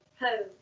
home